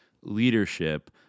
leadership